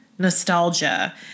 nostalgia